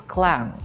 Klan